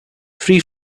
free